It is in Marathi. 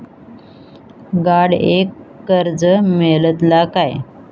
गाडयेक कर्ज मेलतला काय?